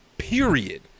period